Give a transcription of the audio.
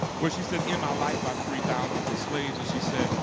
where she said, in my life i freed thousands of slaves and she said,